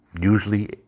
usually